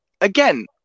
again